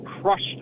crushed